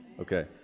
Okay